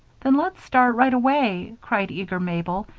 then let's start right away, cried eager mabel,